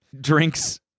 drinks